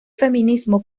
feminismo